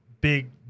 big